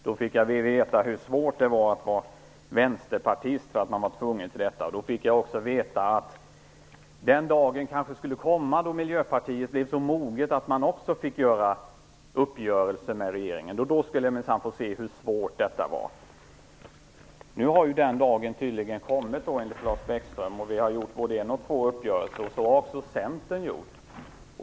Då fick jag veta hur svårt det är att vara vänsterpartist, eftersom man blir tvungen till det här. Jag fick då också veta att den dagen kanske skulle komma då Miljöpartiet blev så moget att det fick göra uppgörelser med regeringen. Då skulle jag minsann få se hur svårt det är. Nu har den dagen tydligen kommit, enligt Lars Bäckström. Vi har gjort både en och två uppgörelser. Det har också Centern gjort.